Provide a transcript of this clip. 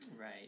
Right